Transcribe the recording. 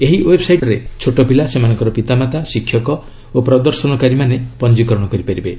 ଏହି ୱେବ୍ସାଇଟ୍ରେ ଛୋଟପିଲା ସେମାନଙ୍କର ପିତାମାତା ଶିକ୍ଷକ ଓ ପ୍ରଦର୍ଶନକାରୀମାନେ ପଞ୍ଜିକରଣ କରିପାରିବେ